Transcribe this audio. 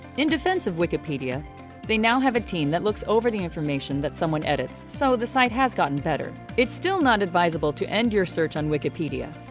in defense of wikipedia they now have a team that looks over the information that someone edits so the site has gotten better. it's still not advisable to end your search on wikipedia.